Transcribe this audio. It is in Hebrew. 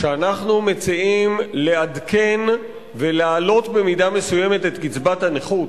כשאנחנו מציעים לעדכן ולהעלות במידה מסוימת את קצבת הנכות,